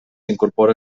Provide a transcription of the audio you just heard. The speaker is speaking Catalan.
incorpora